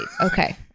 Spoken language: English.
Okay